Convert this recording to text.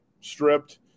stripped